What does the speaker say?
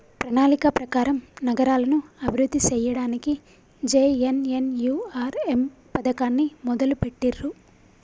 ప్రణాళిక ప్రకారం నగరాలను అభివృద్ధి సేయ్యడానికి జే.ఎన్.ఎన్.యు.ఆర్.ఎమ్ పథకాన్ని మొదలుబెట్టిర్రు